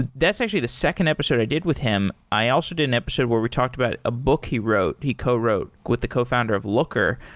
that's actually the second episode i did with him. i also did an episode where we talked about ah a he wrote, he co-wrote, with the cofounder of lookr,